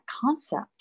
concept